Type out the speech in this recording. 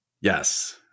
Yes